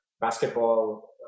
basketball